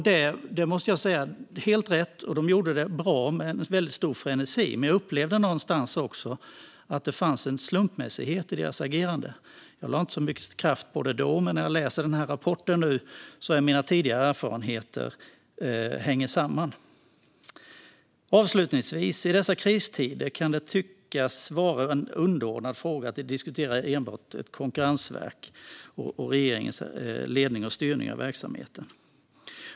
Det var helt rätt, och de gjorde det bra och med väldigt stor frenesi. Men jag upplevde någonstans också att det fanns en slumpmässighet i deras agerande. Jag lade inte så mycket kraft på det då, men när jag nu läser rapporten ser jag ett samband med mina tidigare erfarenheter. Avslutningsvis kan Konkurrensverket och regeringens ledning och styrning av dess verksamhet tyckas vara en underordnad fråga i dessa kristider.